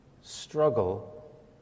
struggle